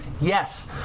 Yes